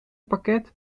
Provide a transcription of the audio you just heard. parket